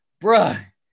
bruh